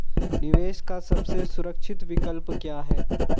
निवेश का सबसे सुरक्षित विकल्प क्या है?